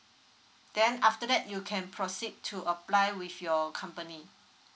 then after that you can proceed to apply with your company